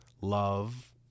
love